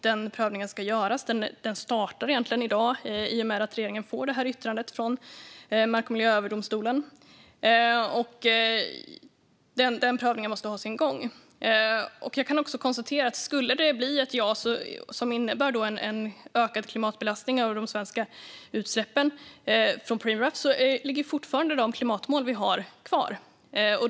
Den startar egentligen i dag, i och med att regeringen får yttrandet från Mark och miljööverdomstolen. Den prövningen måste få ha sin gång. Om det skulle bli ett ja, vilket innebär en ökad belastning av de svenska utsläppen från Preemraff, ligger de klimatmål vi har fortfarande kvar.